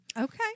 Okay